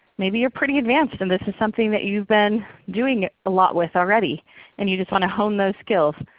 maybe you're pretty advanced and this is something that you've been doing a lot with already and you just want to hone those skills.